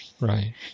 Right